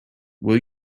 will